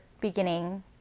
beginning